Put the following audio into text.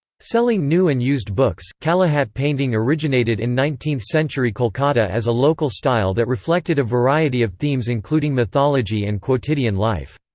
selling new and used used books kalighat painting originated in nineteenth century kolkata as a local style that reflected a variety of themes including mythology and quotidian life.